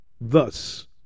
thus